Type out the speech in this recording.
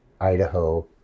Idaho